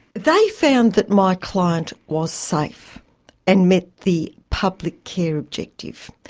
they found that my client was safe and met the public care objective.